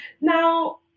Now